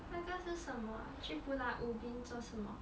那个是什么去 pulau ubin 做什么